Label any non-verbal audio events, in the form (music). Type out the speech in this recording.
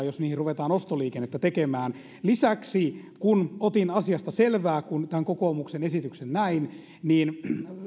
(unintelligible) jos niihin ruvetaan ostoliikennettä tekemään lisäksi kun otin asiasta selvää kun tämän kokoomuksen esityksen näin